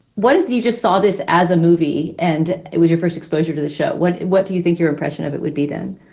what you just saw this as a movie and it was your first exposure to the show. what what do you think your impression of it would be then?